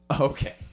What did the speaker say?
okay